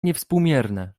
niewspółmierne